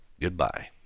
goodbye